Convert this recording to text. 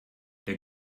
der